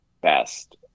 best